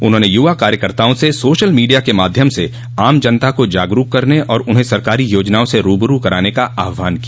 उन्होंने युवा कार्यकर्ताओं से सोशल मीडिया के माध्यम से आम जनता को जागरूक करने और उन्हें सरकारी योजनाओं से रूबरू कराने का आहवान किया